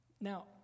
Now